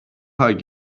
hug